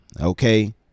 Okay